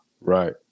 Right